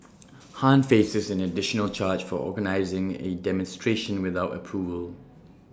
han faces an additional charge for organising A demonstration without approval